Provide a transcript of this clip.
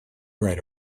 right